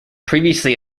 previously